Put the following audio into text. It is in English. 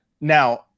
Now